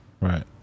Right